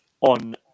on